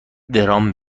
درام